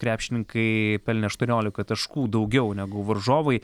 krepšinikai pelnė aštuoniolika taškų daugiau negu varžovai